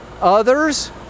Others